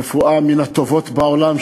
רפואה מן הטובות בעולם,